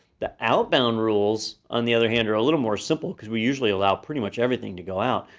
the outbound rules, on the other hand, are a little more simple cuz we usually allow pretty much everything to go out.